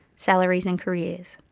salaries and careers.